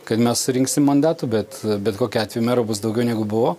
kad mes surinksim mandatų bet bet kokiu atveju merų bus daugiau negu buvo